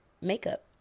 makeup